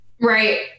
Right